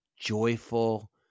joyful